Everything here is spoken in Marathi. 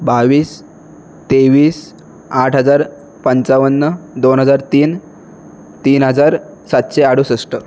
बावीस तेवीस आठ हजार पंचावन्न दोन हजार तीन तीन हजार सातशे अडुसष्ट